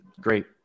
Great